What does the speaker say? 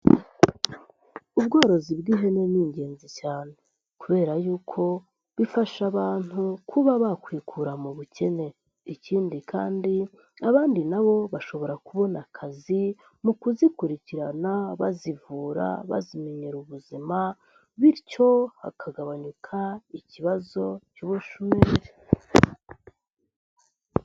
Ubworozi bw'ihene ni ingenzi cyane kubera y'uko bifasha abantu kuba bakwikura mu bukene, ikindi kandi abandi nabo bashobora kubona akazi mu kuzikurikirana, bazivura bazimenyera ubuzima bityo hakagabanuka ikibazo cy'ubushomeri.